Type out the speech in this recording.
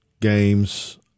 games